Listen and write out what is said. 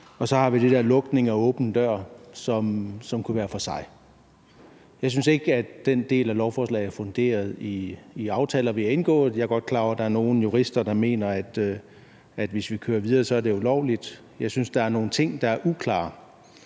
af åben dør-ordningen kunne være en anden pakke for sig. Jeg synes ikke, at den del af lovforslaget er funderet i aftaler, vi har indgået. Jeg er godt klar over, at der er nogle jurister, der mener, at hvis vi kører videre, er det ulovligt. Jeg synes, at der er nogle ting, der er uklare,